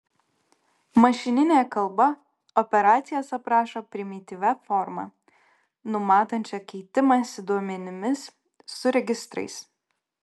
mašininė kalba operacijas aprašo primityvia forma numatančia keitimąsi duomenimis su registrais